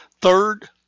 Third